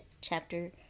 chapter